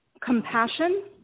Compassion